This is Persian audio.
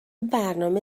برنامه